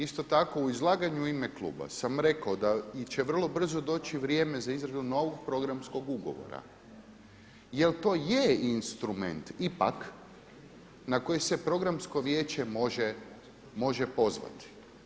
Isto tako u izlaganju u ime kluba sam rekao da će vrlo brzo doći vrijeme za izradu novog programskog ugovora, jel to je instrument ipak na koji se Programsko vijeće može pozvati.